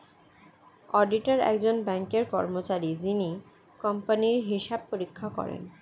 auditor একজন ব্যাঙ্কের কর্মচারী যিনি কোম্পানির হিসাব পরীক্ষা করেন